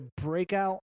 breakout